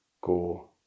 go